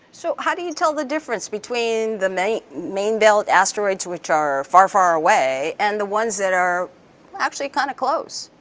so how do you tell the difference between the main main belt asteroids, which are far, far away, and the ones that are actually kind of close?